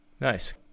Nice